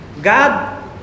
God